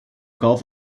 gulf